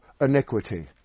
iniquity